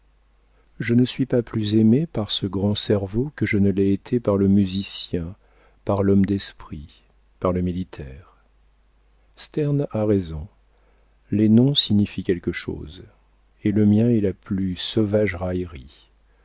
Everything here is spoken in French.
je ne suis pas plus aimée par ce grand cerveau que je ne l'ai été par le musicien par l'homme d'esprit par le militaire sterne a raison les noms signifient quelque chose et le mien est la plus sauvage raillerie